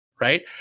right